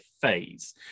phase